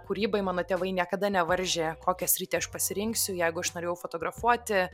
kūrybai mano tėvai niekada nevaržė kokią sritį aš pasirinksiu jeigu aš norėjau fotografuoti